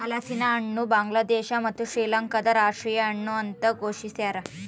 ಹಲಸಿನಹಣ್ಣು ಬಾಂಗ್ಲಾದೇಶ ಮತ್ತು ಶ್ರೀಲಂಕಾದ ರಾಷ್ಟೀಯ ಹಣ್ಣು ಅಂತ ಘೋಷಿಸ್ಯಾರ